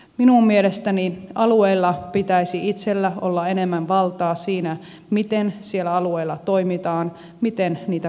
minun mielestäni alueilla pitäisi itsellä olla enemmän valtaa siinä miten siellä alueella toimitaan miten niitä kalavesiä käytetään